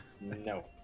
No